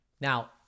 Now